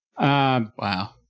Wow